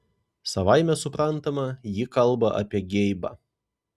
savaime suprantama ji kalba apie geibą